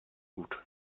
gut